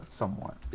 somewhat